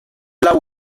lau